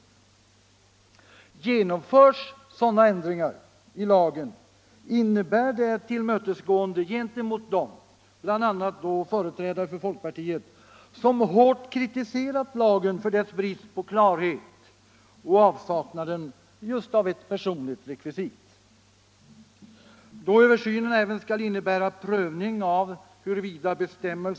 Tisdagen den Genomförs sådana ändringar i lagen, innebär det ett tillmötesgående gen 13 maj 1975 temot dem, bl.a. företrädare för folkpartiet, som hårt kritiserat lagen fot ss för dess brist på klarhet och avsaknad just av ett personligt rekvisit. = Fortsatt giltighet av Då översynen även skall innebära prövning av huruvida bestämmelserna = dens.k.